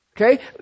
Okay